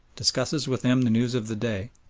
discusses with them the news of the day,